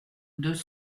deux